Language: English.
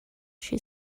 she